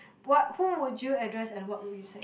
what who would you address and what would you say